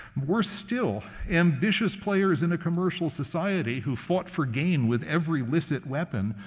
were still ambitious players in a commercial society who fought for gain with every licit weapon,